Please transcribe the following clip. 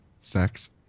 Sex